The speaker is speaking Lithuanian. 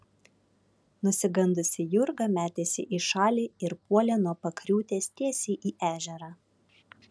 nusigandusi jurga metėsi į šalį ir puolė nuo pakriūtės tiesiai į ežerą